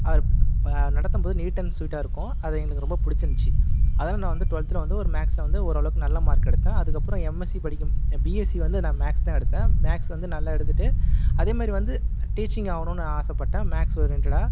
அவர் நடத்தும் போது neat and ஸ்வீட்டாக இருக்கும் அது எங்களுக்கு ரொம்ப பிடிச்சிருந்துச்சு அதனால் நான் வந்து டுவல்த்தில் வந்து மேக்ஸ்சில் வந்து ஒரு ஓரளவுக்கு நல்லா மார்க் எடுத்தேன் அதுக்கப்புறம் எம்எஸ்சி பிஎஸ்சி வந்து மேக்ஸ் தான் எடுத்தேன் மேக்ஸ் வந்து நல்லா எடுத்துகிட்டு அதே மாதிரி வந்து டீச்சிங் ஆகணும்னு ஆசைப்பட்டேன் மேக்ஸ் ஓரியண்ட்டடாக